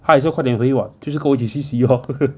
他也说快点回 [what] 就是跟我一起去洗 lor